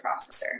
processor